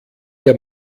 der